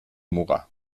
muga